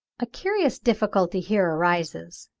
a curious difficulty here arises.